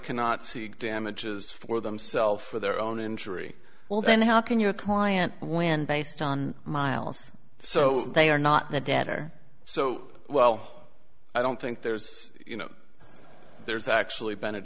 cannot sue you damages for themself for their own injury well then how can your client when based on miles so they are not the debtor so well i don't think there's you know there's actually be